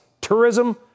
tourism